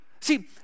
See